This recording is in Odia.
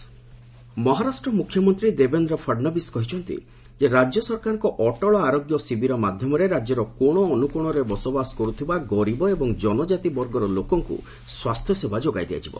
ମହାରାଷ୍ଟ୍ର ହେଲ୍ଥ୍ ମହାରାଷ୍ଟ୍ର ମୁଖ୍ୟମନ୍ତ୍ରୀ ଦେବେନ୍ଦ୍ର ଫଡ଼୍ନବିସ୍ କହିଛନ୍ତି ରାଜ୍ୟ ସରକାରଙ୍କ ଅଟଳ ଆରୋଗ୍ୟ ଶିବିର ମାଧ୍ୟମରେ ରାଜ୍ୟର କୋଶ ଅନ୍ତ୍ରକୋଣରେ ବସବାସ କର୍ରଥିବା ଗରିବ ଏବଂ ଜନକାତି ବର୍ଗର ଲୋକଙ୍କ ସ୍ୱାସ୍ଥ୍ୟସେବା ଯୋଗାଇ ଦିଆଯିବ